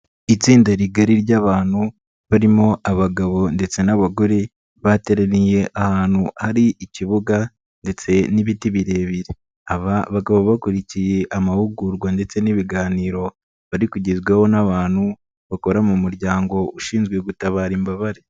Itsinda rigari ry'abantu barimo abagabo ndetse n'abagore, bateraniye ahantu ari ikibuga ndetse n'ibiti birebire, aba bakaba bakurikiye amahugurwa ndetse n'ibiganiro bari kugezwaho n'abantu, bakora mu muryango ushinzwe gutabara imbabare.